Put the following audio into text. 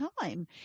time